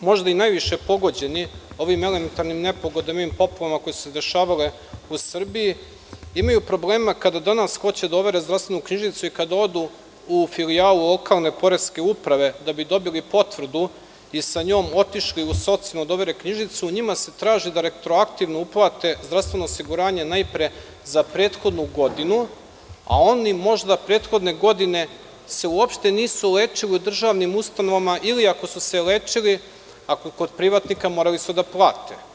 možda i najviše pogođeni ovim elementarnim nepogodama i poplavama koje su se dešavale u Srbiji, imaju problema kada danas hoće da overe zdravstvenu knjižicu i kada odu u filijalu lokalne poreske uprave da bi dobili potvrdu i sa njom otišli u socijalno da overe knjižicu, njima se traži da retroaktivno uplate zdravstveno osiguranje najpre za prethodnu godinu, a oni možda prethodne godine se uopšte nisu lečili u državnim ustanovama ili ako su se lečili kod privatnika, morali su da plate.